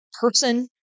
person